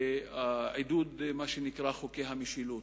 ועידוד מה שנקרא חוקי המשילות.